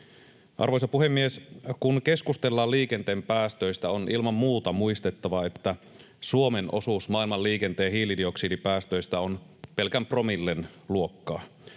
Arvoisa puhemies! Kun keskustellaan liikenteen päästöistä, on ilman muuta muistettava, että Suomen osuus maailman liikenteen hiilidioksidipäästöistä on pelkän promillen luokkaa.